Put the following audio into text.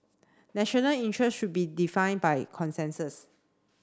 national interest should be defined by consensus